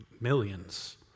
millions